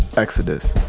exodus.